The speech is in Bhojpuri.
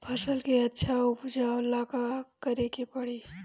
फसल के अच्छा उपजाव ला का करे के परी?